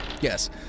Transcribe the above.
Yes